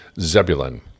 Zebulun